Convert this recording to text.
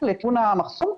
לכיוון המחסום,